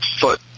foot